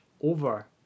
over